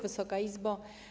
Wysoka Izbo!